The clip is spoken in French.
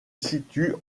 situe